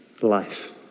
life